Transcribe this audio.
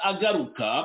Agaruka